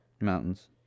Mountains